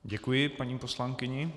Děkuji paní poslankyni.